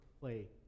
play